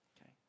Okay